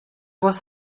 was